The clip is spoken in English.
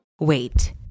Wait